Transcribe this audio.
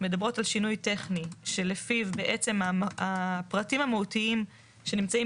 מדברות על שינוי טכני שלפיו בעצם הפרטים המהותיים שנמצאים